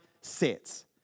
sets